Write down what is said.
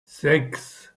sechs